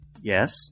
Yes